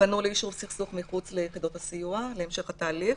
פנו ליישוב סכסוך מחוץ ליחידות הסיוע להמשך התהליך,